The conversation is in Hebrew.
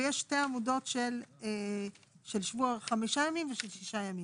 ויש שתי עמודות של שבוע חמישה ימים ושל שישה ימים.